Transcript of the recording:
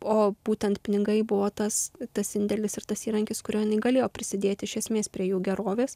o būtent pinigai buvo tas tas indėlis ir tas įrankis kuriuo jinai galėjo prisidėti iš esmės prie jų gerovės